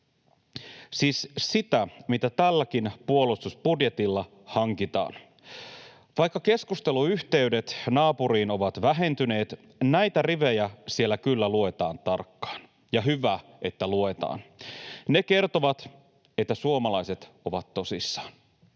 siis sitä, mitä tälläkin puolustusbudjetilla hankitaan. Vaikka keskusteluyhteydet naapuriin ovat vähentyneet, näitä rivejä siellä kyllä luetaan tarkkaan — ja hyvä, että luetaan. Ne kertovat, että suomalaiset ovat tosissaan.